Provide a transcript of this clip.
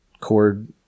chord